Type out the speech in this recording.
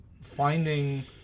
finding